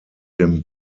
dem